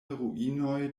ruinoj